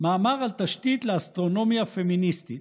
מאמר על תשתית לאסטרונומיה פמיניסטית,